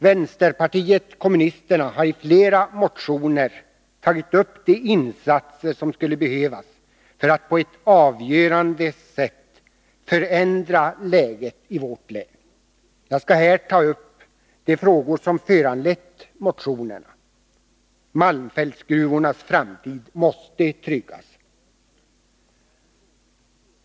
Vänsterpartiet kommunisterna har i flera motioner tagit upp de insatser som skulle behövas för att på ett avgörande sätt förändra läget i vårt län. Jag skall här ta upp de frågor som föranlett motionerna. Malmfältsgruvornas framtid måste tryggas.